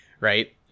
Right